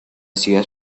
ciudad